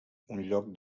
lloc